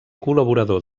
col·laborador